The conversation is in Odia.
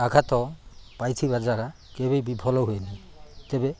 ଆଘାତ ପାଇଥିବା ଯାଗା କେବେ ବି ଭଲ ହୁଏନି ତେବେ